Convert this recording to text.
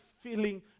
feeling